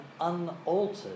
unaltered